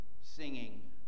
singing